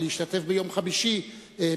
הם אינם יכולים להשתתף ביום חמישי בישיבת